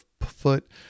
foot